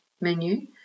menu